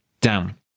down